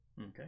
Okay